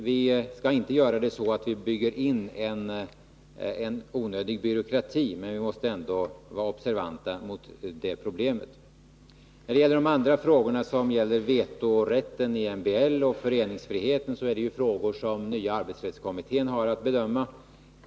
Vi skall inte göra det på ett sådant sätt att vi bygger in en onödig byråkrati, men vi måste ändå vara observanta i fråga om det problemet. Beträffande de andra frågorna som gäller vetorätten i MBL och föreningsfriheten så är det ju spörsmål som den nya arbetsrättskommittén har att bedöma.